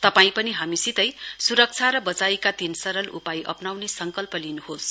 तपाईं पनि हामीसितै सुरक्षा र बचाईका तीन सरल उपाय अप्नाउने संकल्प गर्नुहोस